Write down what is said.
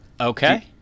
Okay